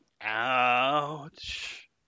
Ouch